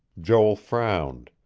joel frowned.